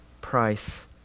price